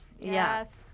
yes